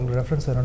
reference